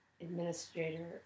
administrator